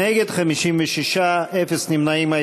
נגד, 56, אין נמנעים.